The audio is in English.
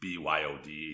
BYOD